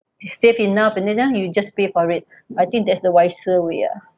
save enough and then ya you just pay for it I think that's the wiser way ah